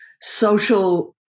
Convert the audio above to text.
Social